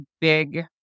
big